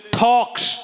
talks